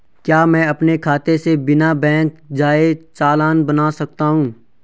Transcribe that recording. क्या मैं अपने खाते से बिना बैंक जाए चालान बना सकता हूँ?